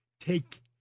take